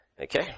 Okay